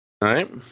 Right